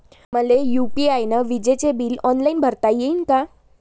मले यू.पी.आय न विजेचे बिल ऑनलाईन भरता येईन का?